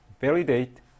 validate